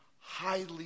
highly